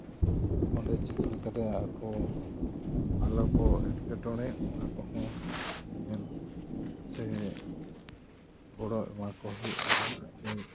ᱚᱸᱰᱮ ᱪᱤᱠᱟᱹ ᱞᱮᱠᱟᱛᱮ ᱟᱠᱚ ᱟᱞᱚᱠᱚ ᱮᱴᱠᱮᱴᱚᱬᱮᱜ ᱚᱱᱟ ᱠᱚᱦᱚᱸ ᱧᱮᱞ ᱥᱮ ᱜᱚᱲᱚ ᱮᱢᱟ ᱠᱚ ᱦᱩᱭᱩᱜᱼᱟ